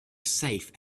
safe